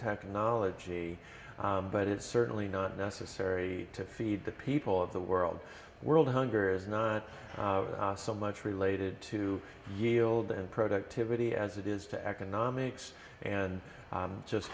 technology but it's certainly not necessary to feed the people of the world world hunger is not so much related to yield and productivity as it is to economics and just